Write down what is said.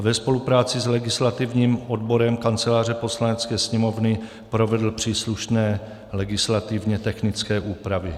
ve spolupráci s legislativním odborem Kanceláře Poslanecké sněmovny provedl příslušné legislativně technické úpravy.